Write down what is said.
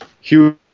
huge